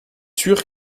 sûr